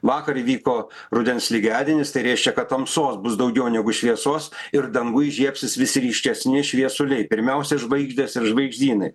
vakar įvyko rudens lygiadienis tai reiškia kad tamsos bus daugiau negu šviesos ir danguj žiebsis vis ryškesni šviesuliai pirmiausia žvaigždės ir žvaigždynai